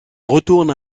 retourne